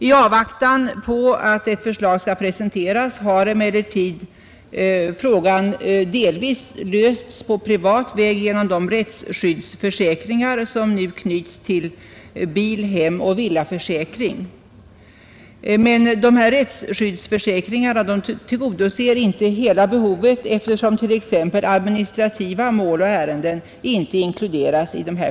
I avvaktan på att detta förslag skall presenteras har emellertid frågan delvis lösts på privat väg genom de rättshjälpsförsäkringar som nu knyts till bil-, hemoch villaförsäkring. Men dessa rättshjälpsförsäkringar tillgodoser inte hela behovet, eftersom t.ex. administrativa mål och ärenden inte inkluderas i dem.